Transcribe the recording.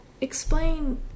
explain